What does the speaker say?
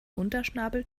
unterschnabel